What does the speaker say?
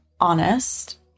honest